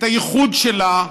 את הייחוד שלה,